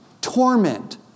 torment